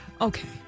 okay